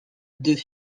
deux